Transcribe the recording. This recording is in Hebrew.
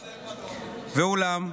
ואולם,